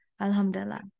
Alhamdulillah